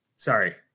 Sorry